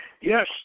Yes